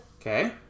Okay